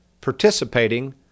Participating